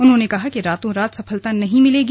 उन्होंने कहा कि रातों रात सफलता नहीं मिलेगी